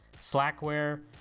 Slackware